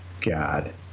God